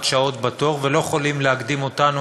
שעות בתור ולא יכולים להקדים אותנו,